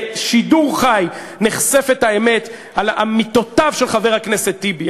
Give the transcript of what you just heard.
בשידור חי נחשפת האמת על אמיתותיו של חבר הכנסת טיבי,